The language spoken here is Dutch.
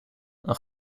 een